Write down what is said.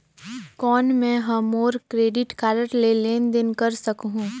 कौन मैं ह मोर क्रेडिट कारड ले लेनदेन कर सकहुं?